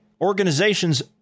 Organizations